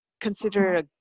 consider